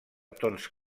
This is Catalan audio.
tons